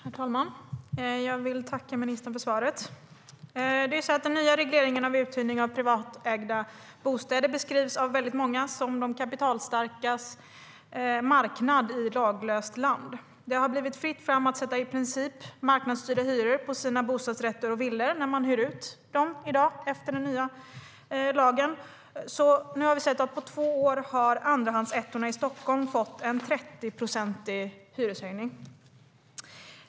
Herr talman! Jag vill tacka ministern för svaret. Nu har vi sett att andrahandsettorna i Stockholm på två år har fått en 30-procentig hyreshöjning.